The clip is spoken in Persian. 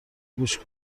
گوش